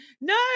No